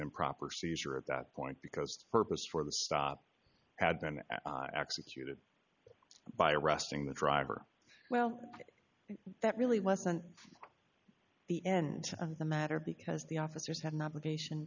improper seizure at that point because purpose for the stop had been executed by arresting the driver well that really wasn't the end of the matter because the officers had an obligation